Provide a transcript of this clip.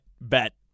bet